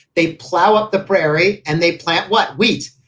they plow up the prairie and they plant what wheat.